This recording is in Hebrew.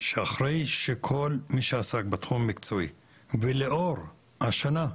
שאחרי שכל מי שעסק בתחום המקצועי ולאור השנה,